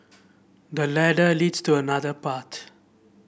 the ladder leads to another path